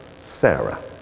Sarah